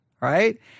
right